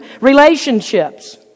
relationships